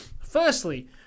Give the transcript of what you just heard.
Firstly